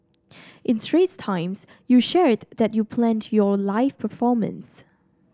in Straits Times you shared that you planned your live performance